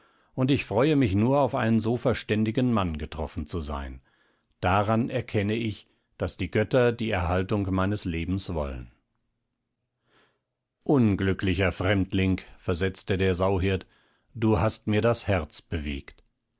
und ich freue mich nur auf einen so verständigen mann getroffen zu sein daran erkenne ich daß die götter die erhaltung meines lebens wollen unglücklicher fremdling versetzte der sauhirt du hast mir das herz bewegt